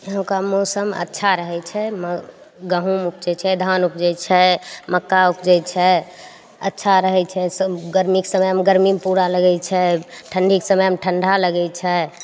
एनहुरका मौसम अच्छा रहय छै मौ गहूँम उपजय छै धान उपजय छै मक्का उपजय छै अच्छा रहय छै सब गर्मीके समयमे गर्मी भी पूरा लगय छै ठण्डीके समयमे ठण्डा लगय छै